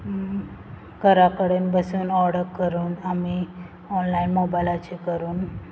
घरा कडेन बसून ऑर्डर करून आमी ऑनलायन मोबायलाचे करून